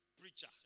preacher